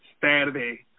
Saturday